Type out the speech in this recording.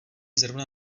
zrovna